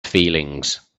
feelings